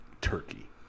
turkey